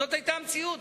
זאת היתה המציאות,